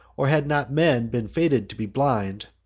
or had not men been fated to be blind,